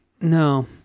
No